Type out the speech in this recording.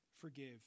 forgive